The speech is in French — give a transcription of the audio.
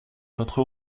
notre